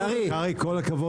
כל הכבוד